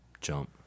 Jump